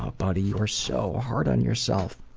ah buddy, you are so hard on yourself.